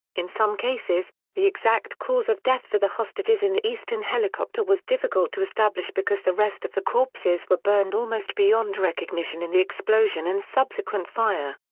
in some cases, the exact cause of death for the hostages in the eastern helicopter was difficult to establish because the rest of the corpses were burned almost beyond recognition in the explosion and subsequent fire.